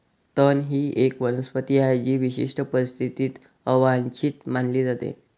तण ही एक वनस्पती आहे जी विशिष्ट परिस्थितीत अवांछित मानली जाते